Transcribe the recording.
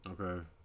Okay